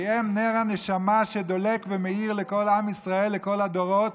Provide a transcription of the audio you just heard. כי הם נר הנשמה שדולק ומאיר לכל עם ישראל לכל הדורות.